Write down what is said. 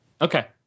Okay